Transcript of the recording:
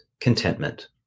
contentment